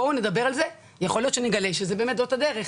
בואו נדבר על זה ויכול להיות שנגלה שזאת באמת הדרך.